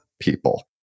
people